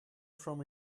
from